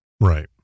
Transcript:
Right